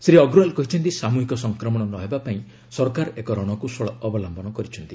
ଶ୍ରୀ ଅଗ୍ରୱାଲ କହିଛନ୍ତି ସାମୁହିକ ସଂକ୍ରମଣ ନହେବା ପାଇଁ ସରକାର ଏକ ରଣକୌଶଳ ଅବଲ୍ୟନ କରୁଛନ୍ତି